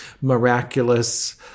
miraculous